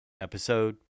episode